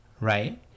Right